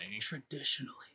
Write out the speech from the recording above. Traditionally